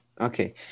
Okay